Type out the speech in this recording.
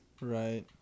Right